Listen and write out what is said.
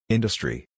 Industry